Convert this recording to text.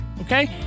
okay